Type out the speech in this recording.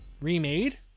remade